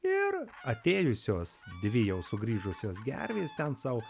ir atėjusios dvi jau sugrįžusios gervės ten sau